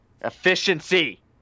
efficiency